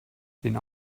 den